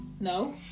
No